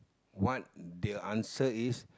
what the answer is